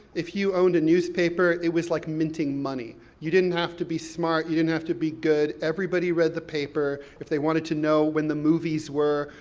if you owned a newspaper, it was like minting money, you didn't have to be smart, you didn't have to be good, everybody read the paper if they wanted to know when the movies were,